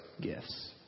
gifts